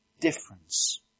difference